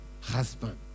husband